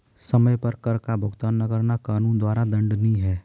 समय पर कर का भुगतान न करना कानून द्वारा दंडनीय है